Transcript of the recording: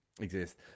exist